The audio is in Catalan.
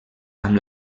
amb